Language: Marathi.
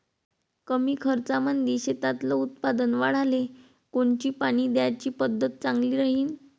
कमी खर्चामंदी शेतातलं उत्पादन वाढाले कोनची पानी द्याची पद्धत चांगली राहीन?